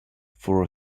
for